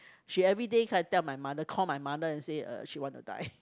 she everyday come and tell my mother call my mother and say uh she want to die